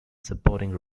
supporting